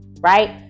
Right